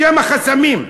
בשם החסמים.